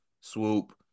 Swoop